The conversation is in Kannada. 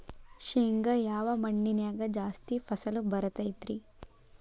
ಶೇಂಗಾ ಯಾವ ಮಣ್ಣಿನ್ಯಾಗ ಜಾಸ್ತಿ ಫಸಲು ಬರತೈತ್ರಿ?